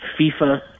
FIFA